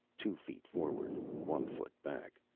two feet forward, one foot back,